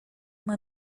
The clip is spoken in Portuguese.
uma